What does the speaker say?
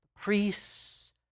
priests